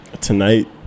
tonight